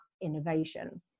innovation